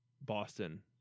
Boston